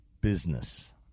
business